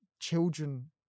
children